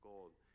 gold